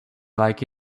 like